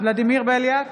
ולדימיר בליאק,